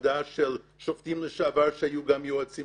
נכבדה של שופטים לשעבר שהיו גם יועצים